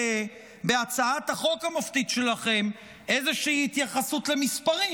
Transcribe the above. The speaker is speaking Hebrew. אני מחפש בהצעת החוק המופתית שלכם איזו התייחסות למספרים,